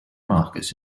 marcus